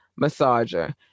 Massager